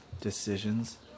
decisions